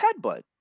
headbutt